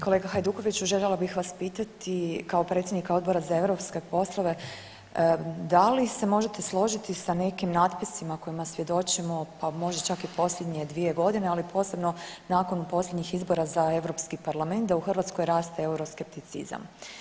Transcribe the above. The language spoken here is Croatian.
Kolega Hajdukoviću željela bih vas pitati kao predsjednika Odbora za europske poslove da li se možete složiti sa nekim natpisima kojima svjedočimo, pa možda čak i posljednje dvije godine, ali posebno nakon posljednjih izbora za Europski parlament, da u Hrvatskoj raste euroskepticizam.